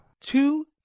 Two